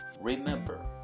remember